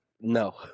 No